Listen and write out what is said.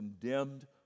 condemned